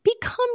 become